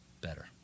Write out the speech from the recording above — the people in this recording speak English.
better